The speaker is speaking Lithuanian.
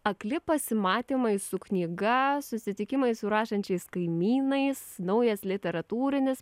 akli pasimatymai su knyga susitikimai su rašančiais kaimynais naujas literatūrinis